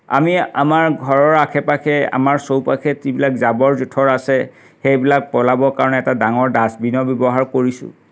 আমি আমাৰ ঘৰৰ আশে পাশে আমাৰ চৌপাশে যিবিলাক জাৱৰ জোথৰ আছে সেইবিলাক পেলাবৰ কাৰণে এটা ডাঙৰ ডাষ্টবিনৰ ব্যৱহাৰ কৰিছোঁ